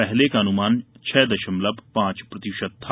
पहले का अनुमान छह दशमलव पांच प्रतिशत था